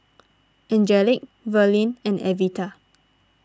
Angelic Verlin and Evita